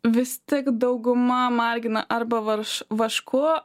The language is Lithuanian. vis tik dauguma margina arba varš vašku